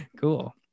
Cool